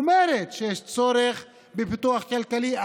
היא אומרת שיש צורך בפיתוח כלכלי,